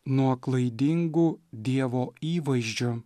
nuo klaidingų dievo įvaizdžio